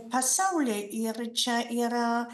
pasaulyje ir čia yra